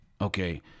okay